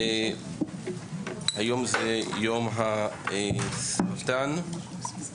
היום זה יום הסרטן.